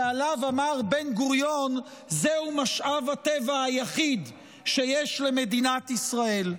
שעליו אמר בן גוריון: זהו משאב הטבע היחיד שיש למדינת ישראל.